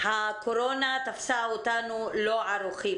הקורונה תפסה אותנו לא ערוכים.